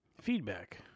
Feedback